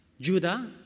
Judah